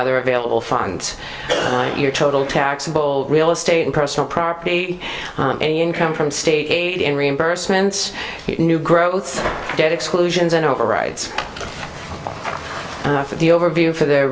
other available funds your total taxable real estate and personal property any income from state aid in reimbursements new growth debt exclusions and overrides the overview for their